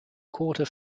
quarter